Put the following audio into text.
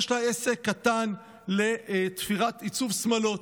יש לה עסק קטן לעיצוב שמלות,